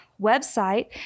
website